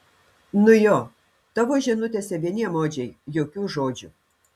nu jo tavo žinutėse vieni emodžiai jokių žodžių